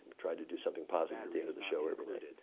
tried to do something positive at the end of the show every night.